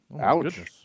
Ouch